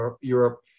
Europe